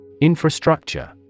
Infrastructure